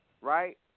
Right